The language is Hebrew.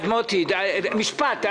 מוטי יוגב, משפט.